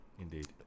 Indeed